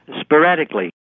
Sporadically